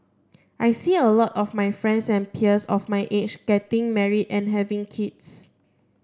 I see a lot of my friends and peers of my age getting married and having kids